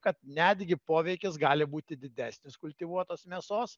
kad netgi poveikis gali būti didesnis kultivuotos mėsos